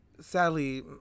Sadly